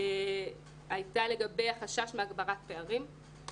הייתה לגבי החשש מהגברת פערים.